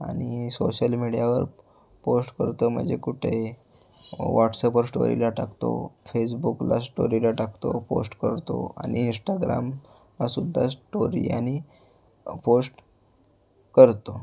आणि सोशल मीडियावर पोस्ट करतो म्हणजे कुठे व्हॉट्सअॅपवर स्टोरीला टाकतो फेसबुकला स्टोरीला टाकतो पोस्ट करतो आणि इन्स्टाग्राम हा सुद्धा स्टोरी आणि पोस्ट करतो